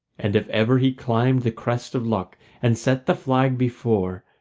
and if ever he climbed the crest of luck and set the flag before,